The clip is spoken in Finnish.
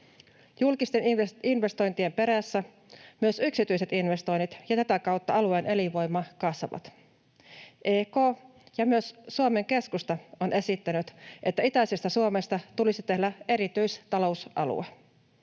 Julkisten investointien perässä myös yksityiset investoinnit ja tätä kautta alueen elinvoima kasvavat. EK ja myös Suomen keskusta ovat esittäneet, että itäisestä Suomesta tulisi tehdä erityistalousalue.